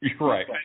Right